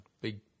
big